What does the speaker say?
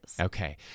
Okay